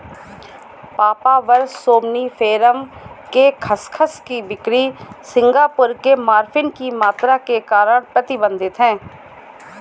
papaver somniferum के खसखस की बिक्री सिंगापुर में मॉर्फिन की मात्रा के कारण प्रतिबंधित है